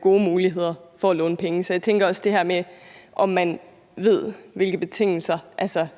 gode muligheder for at låne penge. Så jeg tænker også om det her med, om man ved, hvilke betingelser